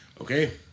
Okay